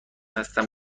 هستم